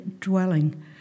dwelling